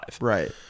right